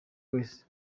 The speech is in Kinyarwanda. wese